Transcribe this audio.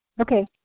Okay